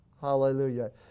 Hallelujah